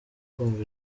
kumva